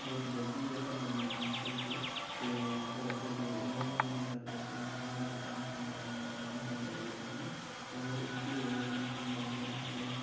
और जल्दी जेह्के मरने दे चांस होई जंदे ते अगर जो नौजोआनें दी गल्ल करचै ते उ'नें ते बचारें कम्म करने गी ते जाना पौंदा दूरें दूरें और ओह्दी बजह् कन्नै केह् होंदा के अगर